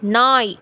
நாய்